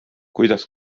kuidas